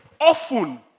often